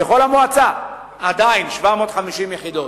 אולי בכל המועצה 750 יחידות.